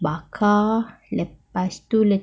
bakar lepas tu